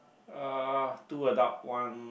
uh two adult one